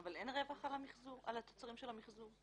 אין רווח על התוצרים של המחזור?